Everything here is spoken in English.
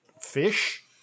fish